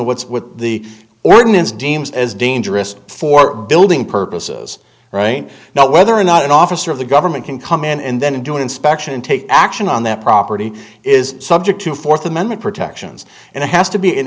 of what's with the ordinance deems as dangerous for building purposes right now whether or not an officer of the government can come in and then do an inspection and take action on that property is subject to fourth amendment protections and it has to be an